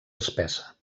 espessa